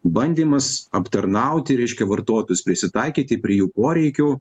bandymas aptarnauti reiškia vartotojus prisitaikyti prie jų poreikių